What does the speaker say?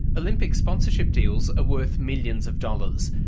olympic sponsorship deals are worth millions of dollars.